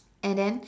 and then